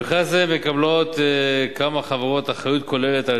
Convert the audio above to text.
במכרז זה מקבלות כמה חברות אחריות כוללת על